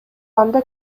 анда